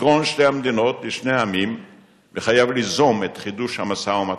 פתרון שתי המדינות לשני העמים מחייב ליזום את חידוש המשא-ומתן.